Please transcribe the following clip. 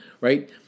right